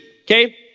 okay